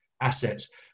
assets